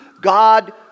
God